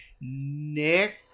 Nick